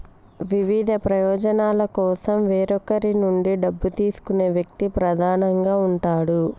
వివిధ ప్రయోజనాల కోసం వేరొకరి నుండి డబ్బు తీసుకునే వ్యక్తి ప్రధానంగా ఉంటాడు